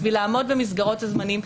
בשביל לעמוד במסגרות הזמנים,